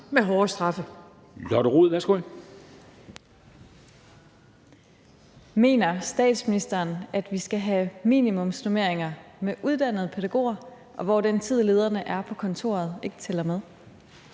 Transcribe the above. Rod (RV): Mener statsministeren, at vi skal have minimumsnormeringer med uddannede pædagoger, hvor den tid, lederne er på kontoret, ikke tæller med?